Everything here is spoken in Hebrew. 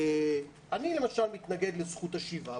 אני, למשל, מתנגד לזכות השיבה.